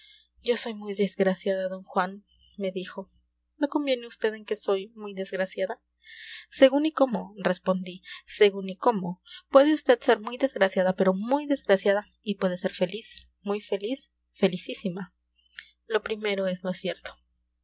yo soy muy desgraciada d juan me dijo no conviene vd en que soy muy desgraciada según y cómo respondí según y cómo puede vd ser muy desgraciada pero muy desgraciada y puede ser feliz muy feliz felicísima lo primero es lo cierto